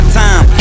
time